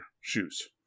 Shoes